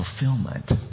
fulfillment